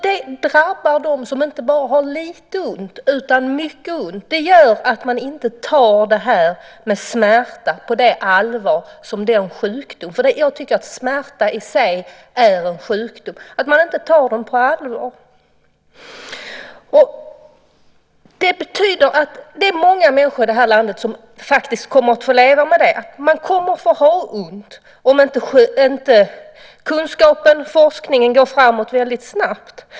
Det drabbar dem som inte bara har lite ont utan mycket ont. Det gör att man inte tar smärta på det allvar som den sjukdomen kräver, för jag tycker att smärta i sig är en sjukdom. Det betyder att det är många människor i det här landet som faktiskt kommer att få leva med smärta. De kommer att få ha ont om inte kunskapen och forskningen går framåt väldigt snabbt.